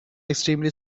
extremely